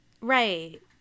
Right